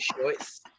choice